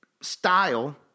style